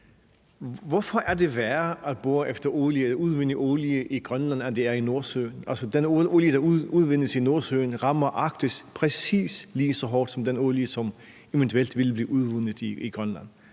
Hvorfor er det værre at bore efter olie i Grønland, end det er i Nordsøen? Altså, den olie, der udvindes i Nordsøen, rammer Arktis præcis lige så hårdt som den olie, som man eventuel ville udvinde i Grønland.